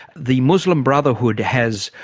the muslim brotherhood has,